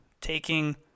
taking